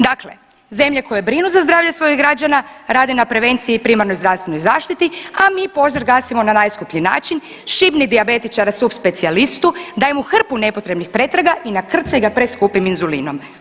Dakle, zemlje koje brinu za zdravlje svojih građana, rade na prevenciji u primarnoj zdravstvenoj zaštiti, a mi požar gasimo na najskuplji način, šibni dijabetičare subspecijalistu, daj mu hrpu nepotrebnih pretraga i nakrcaj ga preskupim inzulinom.